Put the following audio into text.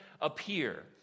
appear